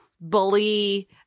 bully